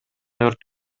өрт